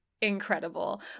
incredible